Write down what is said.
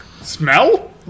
Smell